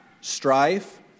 strife